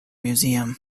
museum